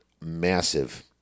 massive